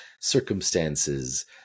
circumstances